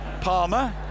Palmer